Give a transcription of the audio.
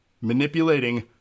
manipulating